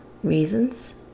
reasons